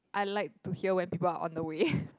I like to hear when people are on the way